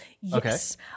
Yes